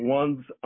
one's